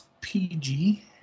PG